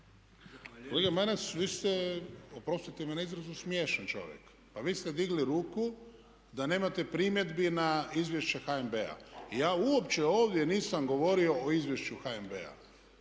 Kolega Maras vi ste oprostite na izrazu smiješan čovjek. Pa vi ste digli ruku da nemate primjedbi na izvješća HNB-a. Ja uopće ovdje nisam govorio o izvješću HNB-a.